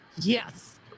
Yes